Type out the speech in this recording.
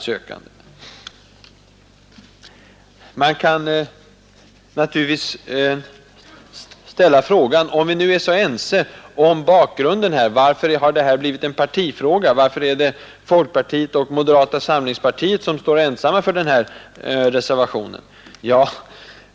könsdiskriminering Man kan naturligtvis ställa frågan: Om vi nu är så ense om bakgrunden, På arbetsmarknavarför har det här blivit en partifråga? Varför är det folkpartiet och den, m.m. moderata samlingspartiet som står ensamma för den här reservationen?